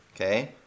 Okay